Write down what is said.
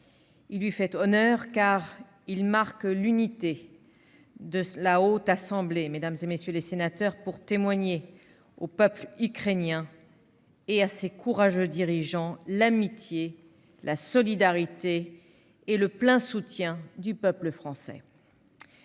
Il lui fait honneur, car il marque l'unité de la Haute Assemblée pour témoigner au peuple ukrainien et à ses courageux dirigeants l'amitié, la solidarité et le plein soutien du peuple français.